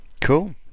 cool